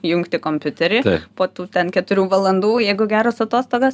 įjungti kompiuterį po tų ten keturių valandų jeigu geros atostogos